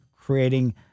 creating